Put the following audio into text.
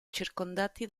circondati